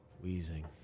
Wheezing